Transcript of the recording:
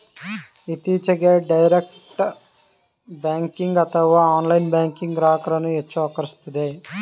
ಇತ್ತೀಚೆಗೆ direct banking ಅಥವಾ online banking ಗ್ರಾಹಕರನ್ನು ಹೆಚ್ಚು ಆಕರ್ಷಿಸುತ್ತಿದೆ